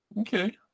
okay